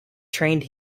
trained